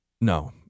No